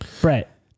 brett